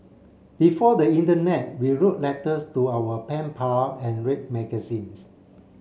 before the Internet we wrote letters to our pen pal and read magazines